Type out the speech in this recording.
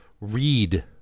read